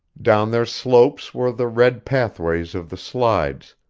down their slopes were the red pathways of the slides,